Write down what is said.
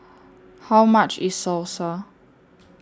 How much IS Salsa